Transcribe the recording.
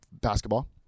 basketball